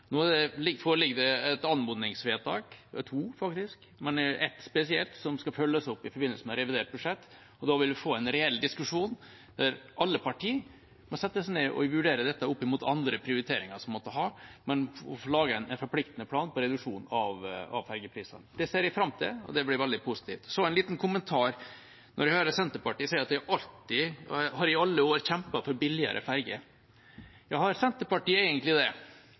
foreligger det et anmodningsvedtak – det er faktisk to, men ett spesielt – som skal følges opp i forbindelse med revidert budsjett. Da vil vi få en reell diskusjon, der alle partier må sette seg ned og vurdere dette opp mot andre prioriteringer som en måtte ha, og få laget en forpliktende plan for reduksjon av ferjepriser. Det ser jeg fram til, og det blir veldig positivt. Så en liten kommentar til at Senterpartiet sier at de i alle år har kjempet for billigere ferjer. Ja, har Senterpartiet egentlig det?